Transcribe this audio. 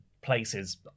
places